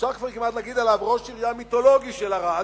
אפשר כבר כמעט להגיד עליו ראש עירייה מיתולוגי של ערד,